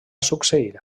succeir